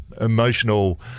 emotional